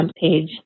page